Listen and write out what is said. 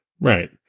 Right